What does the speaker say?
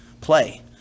play